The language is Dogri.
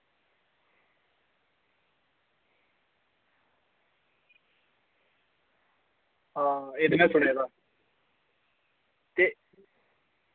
हां एह् ते में सुने दा ते